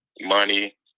money